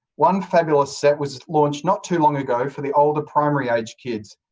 one fabulous set was launched not too long ago for the older primary aged kids,